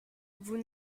vous